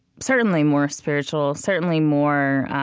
certainly, more spiritual, certainly, more